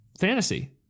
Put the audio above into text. fantasy